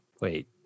wait